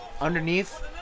Underneath